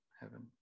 heaven